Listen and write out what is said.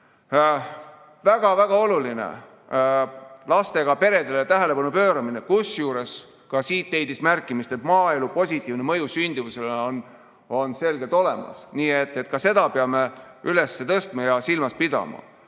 Väga-väga oluline on lastega peredele tähelepanu pööramine, kusjuures ka siin leidis märkimist, et maaelu positiivne mõju sündimusele on selgelt olemas, nii et ka seda [teemat] peame üles tõstma ja silmas pidama.